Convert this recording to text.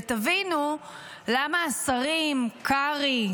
ותבינו למה השרים קרעי,